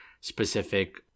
specific